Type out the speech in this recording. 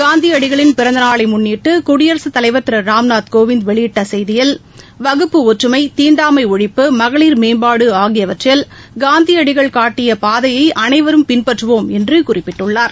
காந்தியடிகளின் பிறந்தநாளை முன்னிட்டு குடியரசுத்தலைவர் ராம்நாத் கோவிந்த் வெளியிட்ட செய்தியில் வகுப்பு ஒற்றுமை தீண்டாமை ஒழிப்பு மகளிர் மேம்பாடு ஆகியவற்றில் காந்தியடிகள் காட்டிய பாதையை அனைவரும் பின்பற்றுவோம் என்று குறிப்பிட்டுள்ளார்